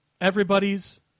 everybody's